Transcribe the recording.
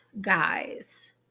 guys